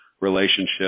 relationship